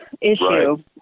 issue